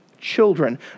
children